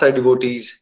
devotees